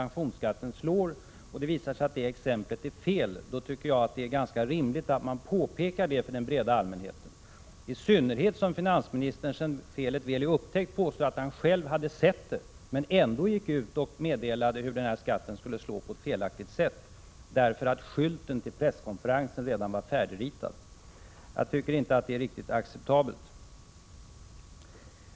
När det visar sig att det exemplet är fel, då tycker jag det är ganska rimligt att man påpekar detta för den breda allmänheten. Detta i synnerhet som finansministern — när felet väl är upptäckt — påstår att han själv hade sett det, men ändå meddelade hur denna skatt skulle slå på ett felaktigt sätt, därför att skylten till presskonferensen redan var färdigritad. Jag tycker inte att det är acceptabelt.